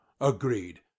agreed